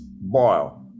boil